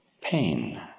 pain